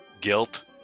guilt